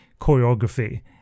choreography